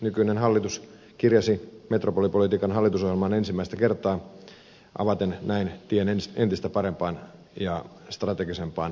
nykyinen hallitus kirjasi metropolipolitiikan hallitusohjelmaan enimmäistä kertaa avaten näin tien entistä parempaan ja strategisempaan aluekehitykseen